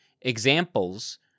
examples